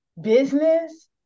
business